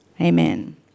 Amen